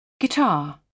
Guitar